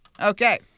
Okay